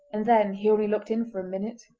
and then he only looked in for a minute.